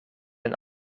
een